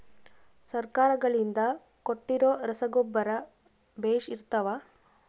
ಸರ್ಕಾರಗಳಿಂದ ಕೊಟ್ಟಿರೊ ರಸಗೊಬ್ಬರ ಬೇಷ್ ಇರುತ್ತವಾ?